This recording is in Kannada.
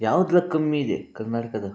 ಯಾವುದರ ಕಮ್ಮಿಯಿದೆ ಕರ್ನಾಟಕದ